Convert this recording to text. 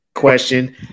Question